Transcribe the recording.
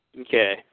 Okay